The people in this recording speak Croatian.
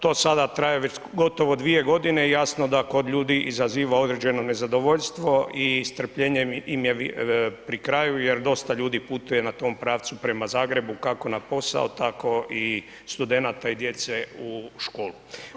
To sada traje već gotovo 2 godine i jasno da kod ljudi izaziva određeno nezadovoljstvo i strpljenje im je pri kraju jer dosta ljudi putuje na tom pravcu prema Zagrebu kako na posao, tako i studenata i djece u školu.